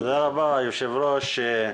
תודה רבה, היושב ראש,